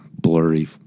blurry